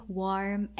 warm